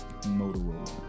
motorola